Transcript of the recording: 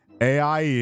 AI